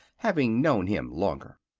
having known him longer.